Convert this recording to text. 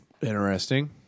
Interesting